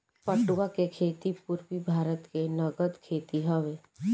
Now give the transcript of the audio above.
पटुआ के खेती पूरबी भारत के नगद खेती हवे